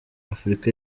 afurika